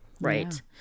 Right